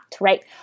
right